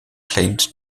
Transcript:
claimed